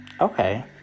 okay